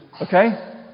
okay